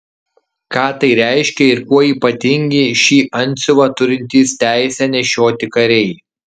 ką tai reiškia ir kuo ypatingi šį antsiuvą turintys teisę nešioti kariai